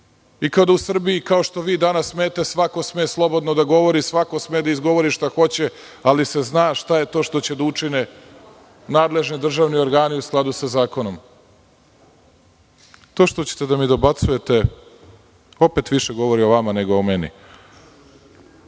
Kada u Srbiji, kao što vi danas smete, svako sme slobodno da govori, svako sme da izgovori šta hoće, ali se zna šta je to što će da učine nadležni državni organi u skladu sa zakonom. To što mi dobacujete opet više govori o vama nego o meni.